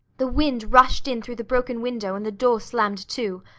the wind rushed in through the broken window, and the door slammed to.